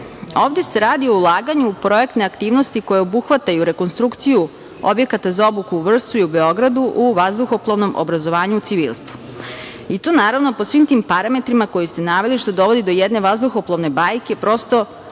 Ovde se radi o ulaganju u projektne aktivnosti koje obuhvataju rekonstrukciju objekata za obuku u Vršcu i Beogradu u vazduhoplovnom obrazovanju u civilstvu. Naravno, po svim tim parametrima koje ste naveli, što dovodi do jedne vazduhoplovne bajke. Prosto,